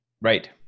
Right